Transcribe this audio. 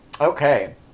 okay